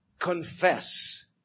confess